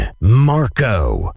Marco